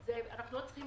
אנחנו לא צריכים